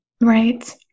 Right